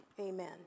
Amen